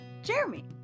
jeremy